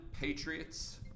Patriots